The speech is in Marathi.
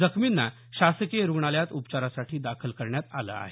जखमींना शासकीय रुग्णालयात उपचारासाठी दाखल करण्यात आलं आहे